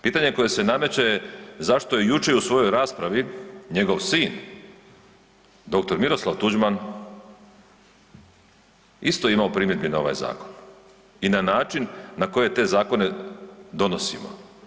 Pitanje koje se nameće je zašto je jučer u svojoj raspravi njegov sin dr. Miroslav Tuđman isto imao primjedbi na ovaj zakon i na način na koje te zakone donosimo?